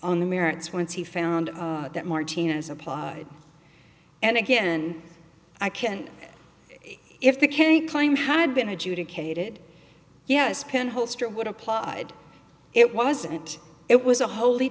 on the merits once he found that martinez applied and again i can if the carry claim had been adjudicated yes pin holster would applied it wasn't it was a wholly